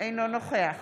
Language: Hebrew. אינו נוכח